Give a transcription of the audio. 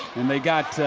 and they got